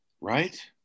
Right